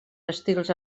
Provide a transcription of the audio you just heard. estils